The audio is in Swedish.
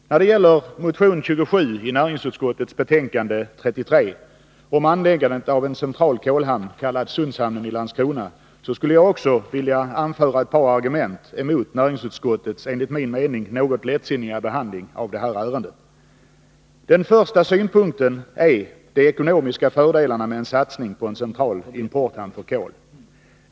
Herr talman! När det gäller motion 2027, som behandlas i näringsutskottets betänkande 1982/83:33, om anläggandet av en central kolhamn, kallad Sundshamnen i Landskrona, skulle också jag vilja anföra ett par argument emot näringsutskottets enligt min mening något lättsinniga behandling av ärendet. Den första synpunkten gäller de ekonomiska fördelarna med en satsning på en central importhamn för kol.